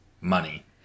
money